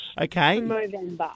Okay